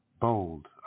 bold